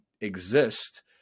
exist